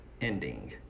ending